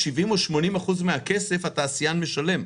70% או 80% מהכסף התעשיין משלם,